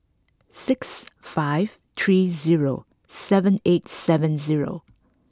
six five three zero seven eight seven zero